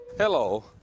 Hello